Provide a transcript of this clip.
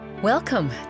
welcome